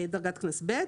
שזאת דרגת קנס ב'.